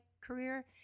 career